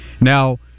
Now